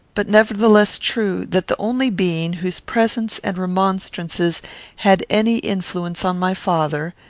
but nevertheless true, that the only being whose presence and remonstrances had any influence on my father,